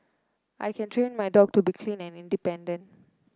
I can train my dog to be clean and independent